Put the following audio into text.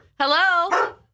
Hello